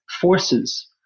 forces